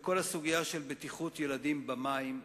בכל הסוגיה של בטיחות ילדים במים,